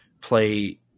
play